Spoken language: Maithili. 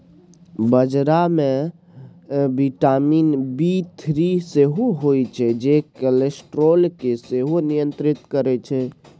बजरा मे बिटामिन बी थ्री सेहो होइ छै जे कोलेस्ट्रॉल केँ सेहो नियंत्रित करय छै